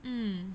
mm